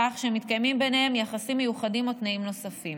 כך שמתקיימים ביניהן יחסים מיוחדים או תנאים נוספים.